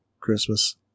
Christmas